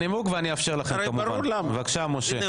רבותיי,